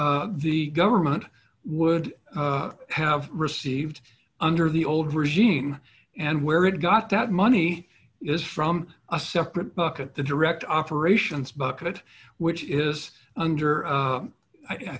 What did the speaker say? the government would have received under the old regime and where it got that money is from a separate book at the direct operations bucket which is under